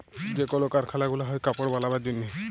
যে কল কারখালা গুলা হ্যয় কাপড় বালাবার জনহে